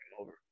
over